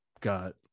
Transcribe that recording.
got